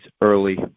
early